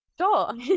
Sure